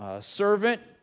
servant